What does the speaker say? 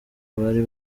bari